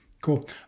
Cool